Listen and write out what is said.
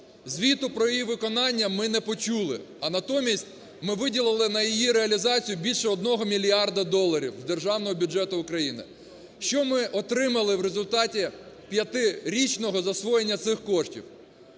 Звіту про її виконання ми не почули, а натомість ми виділили на її реалізацію більше 1 мільярда доларів з Державного бюджету України. Що ми отримали в результаті п'ятирічного засвоєння цих коштів?